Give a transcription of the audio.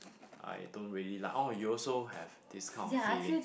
I don't really like oh you also have this kind of feeling